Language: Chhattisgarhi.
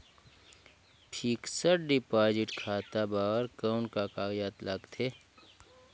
फिक्स्ड डिपॉजिट खाता बर कौन का कागजात लगथे?